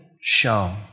shown